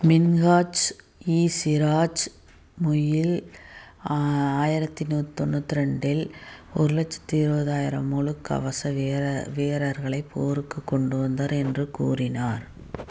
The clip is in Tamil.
மின்ஹாஜ் இ சிராஜ் முயிஸ் ஆயிரத்தி நூற்றி தொண்ணூத்திரெண்டில் ஒரு லட்சத்தி இருபதாயிரம் முழு கவச வீரர் வீரர்களைப் போருக்குக் கொண்டுவந்தார் என்று கூறினார்